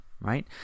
right